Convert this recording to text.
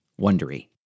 Wondery